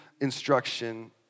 instruction